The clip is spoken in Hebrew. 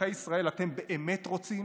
אזרחי ישראל, אתם באמת רוצים